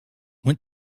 went